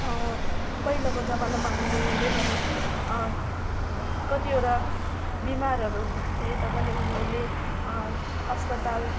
पहिलाको जमानामा हामीले हेऱ्यो भने कतिवटा बिमारहरू भए तापनि उनीहरूले अस्पताल